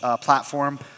platform